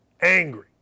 angry